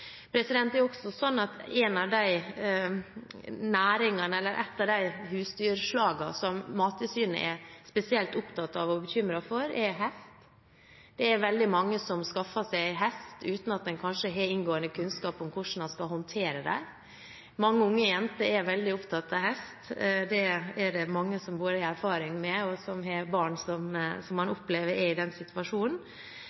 som Mattilsynet er spesielt opptatt av og bekymret for, er hesten. Det er veldig mange som skaffer seg hest, uten at en kanskje har inngående kunnskap om hvordan en skal håndtere den. Mange unge jenter er veldig opptatt av hest. Det er det mange som har erfaring med, og som har barn som man opplever er i den situasjonen.